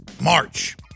March